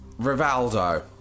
Rivaldo